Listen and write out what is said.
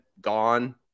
gone